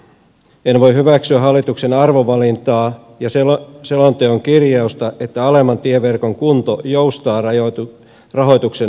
en voi hyväksyä hallituksen arvovalintaa ja selonteon kirjausta että alemman tieverkon kunto joustaa rahoituksen mukaan